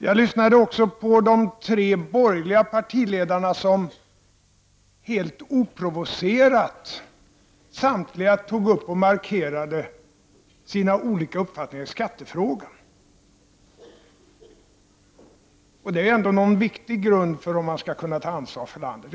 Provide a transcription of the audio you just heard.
Jag lyssnade också på de tre borgerliga partiledarna, som helt oprovocerat samtliga tog upp och markerade sina olika uppfattningar i skattefrågan. Den är ändå en viktig grund när man skall ta ansvar för landet.